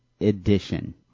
edition